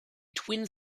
twin